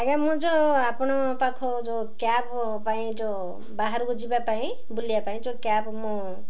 ଆଜ୍ଞା ମୁଁ ଯେଉଁ ଆପଣ ପାଖ ଯେଉଁ କ୍ୟାବ ପାଇଁ ଯେଉଁ ବାହାରକୁ ଯିବା ପାଇଁ ବୁଲିବା ପାଇଁ ଯେଉଁ କ୍ୟାବ ମୁଁ